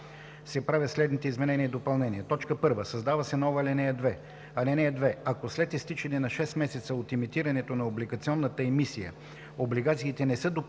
се правят следните изменения и допълнения: 1. Създава се нова ал. 2: „(2) Ако след изтичане на 6 месеца от емитирането на облигационната емисия, облигациите не са допуснати